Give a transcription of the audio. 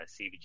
CBG